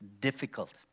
difficult